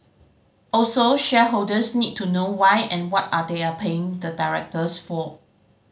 also shareholders need to know why and what are they are paying the directors for